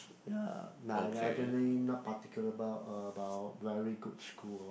ya actually not particular about very good school lor